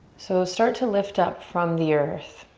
so start to lift up from the earth.